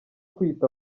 kwiyita